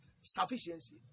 Sufficiency